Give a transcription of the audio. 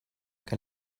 che